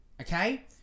okay